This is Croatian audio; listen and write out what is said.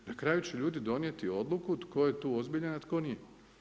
Na kraju će ljudi donijeti odluku tko je tu ozbiljan, a tko nije.